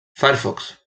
firefox